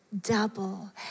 double